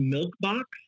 Milkbox